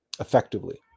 Effectively